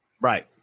Right